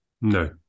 No